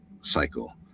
cycle